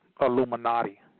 Illuminati